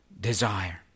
desire